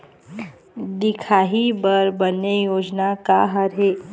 दिखाही बर बने योजना का हर हे?